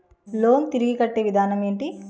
Loan తిరిగి కట్టే విధానం ఎంటి?